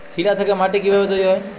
শিলা থেকে মাটি কিভাবে তৈরী হয়?